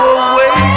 away